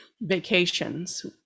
vacations